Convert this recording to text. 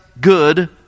good